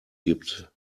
gibt